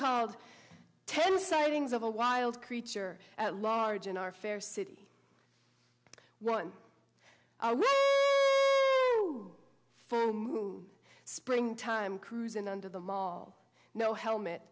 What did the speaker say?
called ten sightings of a wild creature at large in our fair city one spring time cruising under the mall no helmet